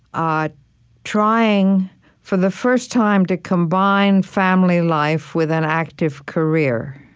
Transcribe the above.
ah trying for the first time to combine family life with an active career